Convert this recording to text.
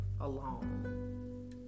alone